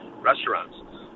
restaurants